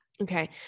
Okay